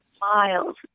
miles